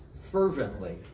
fervently